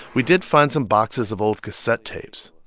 we did find some boxes of old cassette tapes.